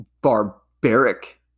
barbaric